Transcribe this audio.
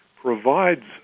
provides